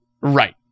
Right